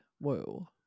Woo